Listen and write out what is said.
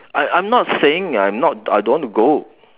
I'm I'm not saying I'm not I don't want to go